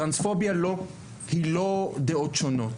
טרנספוביה היא לא דעות שונות.